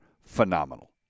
phenomenal